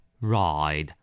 Ride